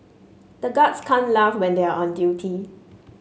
the guards can't laugh when they are on duty